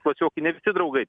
klasiokai ne visi draugai